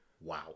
Wow